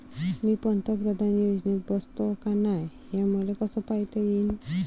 मी पंतप्रधान योजनेत बसतो का नाय, हे मले कस पायता येईन?